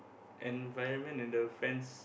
environment and the friends